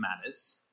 matters